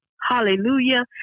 Hallelujah